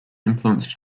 influenced